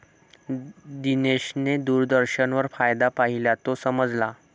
दिनेशने दूरदर्शनवर फायदा पाहिला, तो समजला